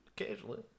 Occasionally